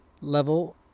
level